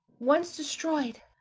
once destroyed,